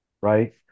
right